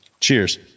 cheers